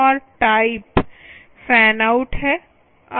और type fan out है